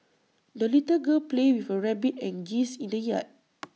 the little girl played with her rabbit and geese in the yard